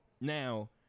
Now